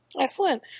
excellent